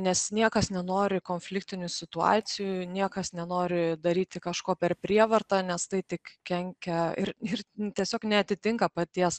nes niekas nenori konfliktinių situacijų niekas nenori daryti kažko per prievartą nes tai tik kenkia ir ir tiesiog neatitinka paties